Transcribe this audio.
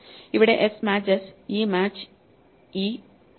ഇവിടെ s match s ഈ match e equal to e ഇത് c ഈക്വൽ റ്റു c